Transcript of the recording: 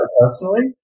personally